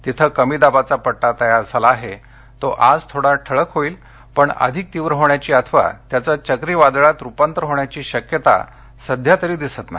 तिथे कमीदाबाचा पट्टा तयार झाला आहे तो आज थोडा ठळक होईल पण अधिक तीव्र होण्याची अथवा त्याचं चक्रीवादळात रुपांतर होण्याची शक्यता सध्यातरी दिसत नाही